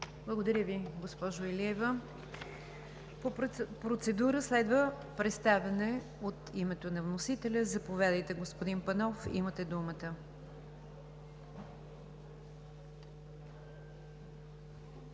Благодаря Ви, госпожо Илиева. По процедура следва представяне от името на вносителя. Заповядайте, господин Панов – имате думата.